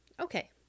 okay